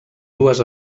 dues